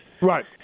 Right